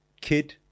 kid